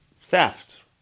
theft